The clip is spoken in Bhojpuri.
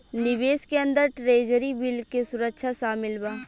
निवेश के अंदर ट्रेजरी बिल के सुरक्षा शामिल बा